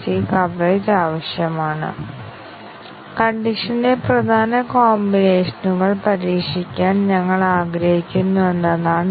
ഇവിടെ ഒരു പദപ്രയോഗമോ പദപ്രയോഗമോ ഉണ്ട് അതിനാൽ ഇത് തെറ്റായിരിക്കുന്നിടത്തോളം കാലം സത്യവും മിഥ്യയും ഈ പദപ്രയോഗം ഉണ്ടാക്കും മുഴുവൻ ആവിഷ്കാരവും സത്യമോ തെറ്റോ ആണ്